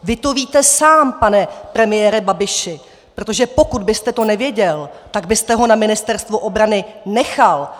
Vy to víte sám, pane premiére Babiši, protože pokud byste to nevěděl, tak byste ho na Ministerstvu obranu nechal.